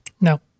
No